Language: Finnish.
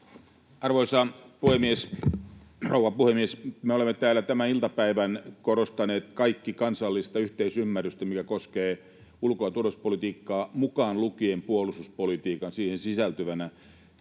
Arvoisa rouva puhemies! Me olemme täällä tämän iltapäivän korostaneet kaikki kansallista yhteisymmärrystä, mikä koskee ulko- ja turvallisuuspolitiikkaa, mukaan lukien puolustuspolitiikka siihen sisältyvänä.